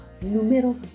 números